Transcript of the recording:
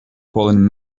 fallen